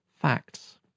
facts